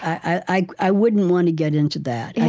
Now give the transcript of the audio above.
i i wouldn't want to get into that. yeah